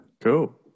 Cool